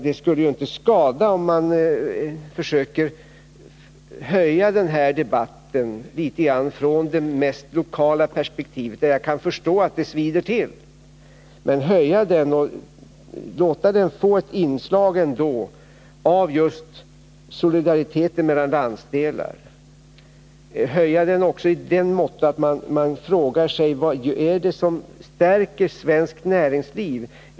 Det skulle inte skada om man försökte höja nivån på debatten, från det mest lokala perspektivet — där jag kan förstå att det svider till — och låta den få ett inslag av just solidaritet mellan olika landsdelar, och höja den i så måtto att man frågar sig: Vad är det som stärker svenskt näringsliv?